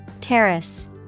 Terrace